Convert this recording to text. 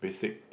basic